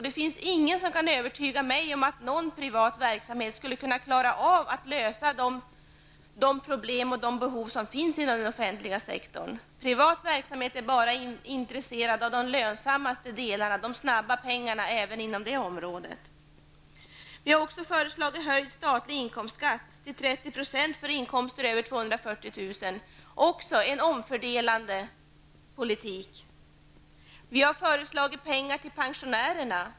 Det finns ingen som kan övertyga mig om att någon privat verksamhet klarar av att lösa de problem och klara de behov som finns inom den offentliga sektorn. Privat verksamhet är även inom detta område intresserad av bara de lönsammaste delarna och de snabbaste pengarna. Vi har också förslagit höjd statlig inkomstskatt till 30 % på inkomster över 240 000 kr. Detta är också en omfördelande politik. Vi har föreslagit pengar till pensionärerna.